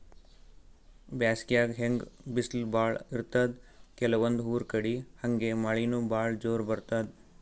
ಬ್ಯಾಸ್ಗ್ಯಾಗ್ ಹೆಂಗ್ ಬಿಸ್ಲ್ ಭಾಳ್ ಇರ್ತದ್ ಕೆಲವಂದ್ ಊರ್ ಕಡಿ ಹಂಗೆ ಮಳಿನೂ ಭಾಳ್ ಜೋರ್ ಬರ್ತದ್